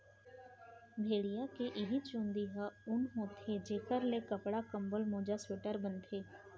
भेड़िया के इहीं चूंदी ह ऊन होथे जेखर ले कपड़ा, कंबल, मोजा, स्वेटर बनथे